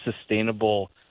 sustainable